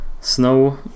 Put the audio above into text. snow